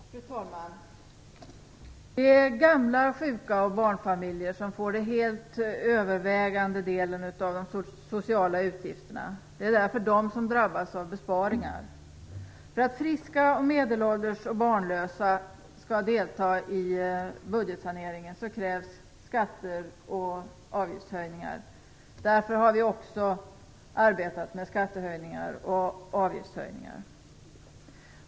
Fru talman! Det är gamla, sjuka och barnfamiljer som får den helt övervägande delen av de sociala utgifterna. Det är därför de som drabbas av besparingar. Om de friska, medelålders och barnlösa krävs skatter och avgiftshöjningar. Därför har vi också arbetat med skattehöjningar och avgiftshöjningar.